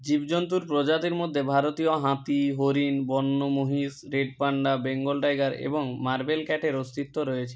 জীবজন্তুর প্রজাতির মধ্যে ভারতীয় হাতি হরিণ বন্য মহিষ রেড পাণ্ডা বেঙ্গল টাইগার এবং মার্বেল ক্যাটের অস্তিত্ব রয়েছে